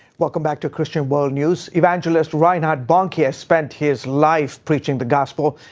welcome back to christian world news. evangelist reinhard bonnke has spent his life preaching the gospel,